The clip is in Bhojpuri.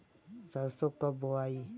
सरसो कब बोआई?